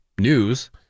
News